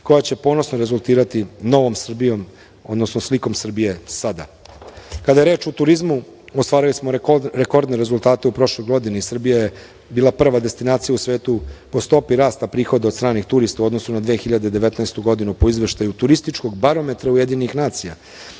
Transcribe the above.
koja će ponosno rezultirati novom Srbijom, odnosno slikom Srbije sada. Kada je reč o turizmu, ostvarili smo rekordne rezultate u prošloj godini. Srbija je bila prva destinacija u svetu po stopi rasta prihoda od stranih turista u odnosu na 2019. godinu po izveštaju turističkog barometra UN. Ovaj